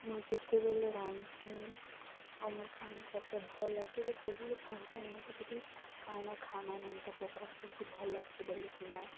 ମୁଇଁ ଯେତେବେଳେ ରାନ୍ଧ୍ସି ଆଉ ମୋର୍ ଖାନା ସବ୍କେ ଭଲ୍ ଲାଗ୍ସି ତ ସବୁ ଲୋକ୍ କହେସାନ୍ ମୋତେ କି ତୁଇ କାଣା ଖାନାନେ ଏନ୍ତା ପକାସୁ ଯେ ଭଲ୍ ଲାଗ୍ସି ବୋଲିକିନା